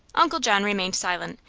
uncle john remained silent,